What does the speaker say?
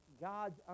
God's